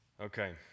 Okay